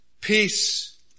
peace